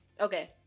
okay